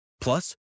Plus